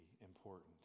important